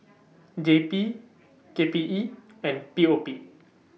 J P K P E and P O P